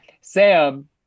Sam